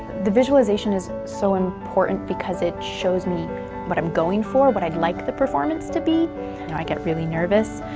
the visualization is so important, because it shows me what i'm going for, what i'd like the performance to be. and i get really nervous.